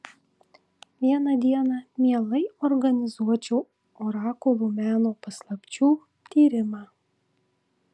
vieną dieną mielai organizuočiau orakulų meno paslapčių tyrimą